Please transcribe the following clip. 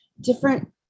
different